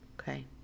okay